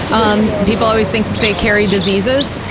um people always think they carry diseases,